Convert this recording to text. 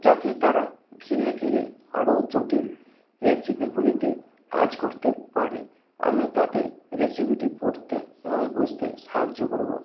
যাতে তারা ধীরে ধীরে আরও জটিল রেসিপিগুলিতে কাজ করতে পারে আমি তাদের রেসিপিটি পড়তে এবং বুঝতে সাহায্য করবো